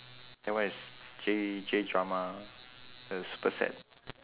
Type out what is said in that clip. that one is J J drama it was super sad